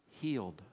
Healed